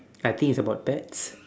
I think it's about pets